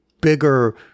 bigger